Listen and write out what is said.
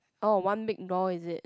oh one big door is it